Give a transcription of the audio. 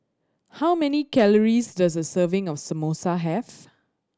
how many calories does a serving of Samosa have